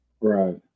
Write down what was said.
Right